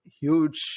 huge